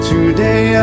Today